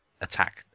attack